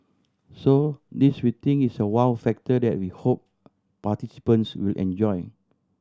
so this we think is a wow factor that we hope participants will enjoy